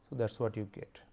that is what you get.